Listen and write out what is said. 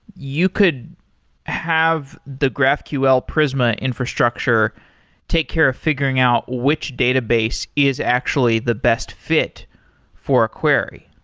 you could have the graphql prisma infrastructure take care of figuring out which database is actually the best fit for a query.